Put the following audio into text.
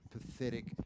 pathetic